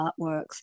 artworks